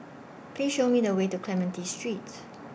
Please Show Me The Way to Clementi Street